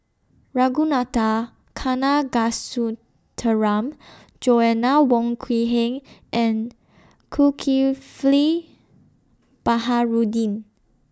Ragunathar Kanagasuntheram Joanna Wong Quee Heng and Zulkifli Baharudin